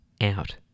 out